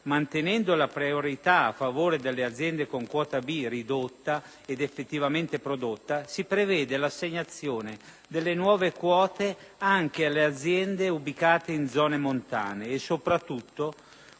mantenendo la priorità a favore delle aziende con quota B ridotta ed effettivamente prodotta, si prevede l'assegnazione delle nuove quote anche alle aziende ubicate in zone montane, e, soprattutto,